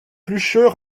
plucheux